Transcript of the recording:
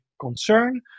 concern